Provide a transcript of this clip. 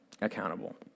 accountable